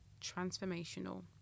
transformational